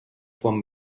quan